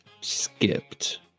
Skipped